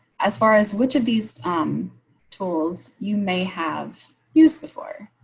as far as which of these um tools, you may have used before.